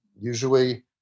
Usually